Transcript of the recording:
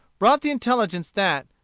brought the intelligence that,